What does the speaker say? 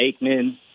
Aikman